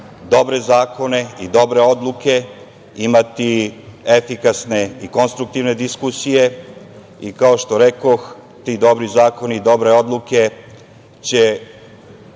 dobre zakone i dobre odluke, imati efikasne i konstruktivne diskusije i kao što rekoh ti dobri zakoni, dobre odluke će